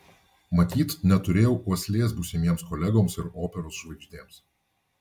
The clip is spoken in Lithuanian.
matyt neturėjau uoslės būsimiems kolegoms ir operos žvaigždėms